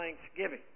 thanksgiving